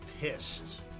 pissed